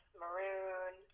maroon